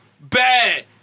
bad